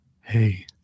hey